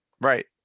right